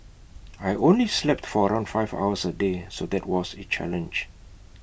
I only slept for around five hours A day so that was A challenge